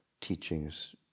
teachings